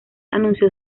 anunció